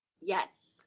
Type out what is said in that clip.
Yes